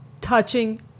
touching